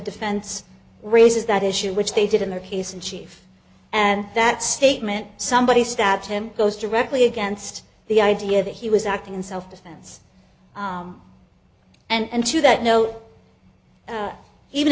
defense raises that issue which they did in their case in chief and that statement somebody stabs him goes directly against the idea that he was acting in self defense and to that note even